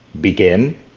begin